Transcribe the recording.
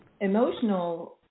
emotional